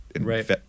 right